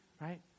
right